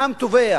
העם תובע,